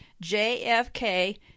J-F-K